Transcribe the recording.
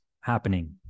happening